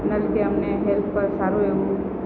એના લીધે અમને હેલ્થ પર સારું એવું